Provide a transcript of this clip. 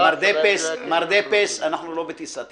אז שלא יפריע לי.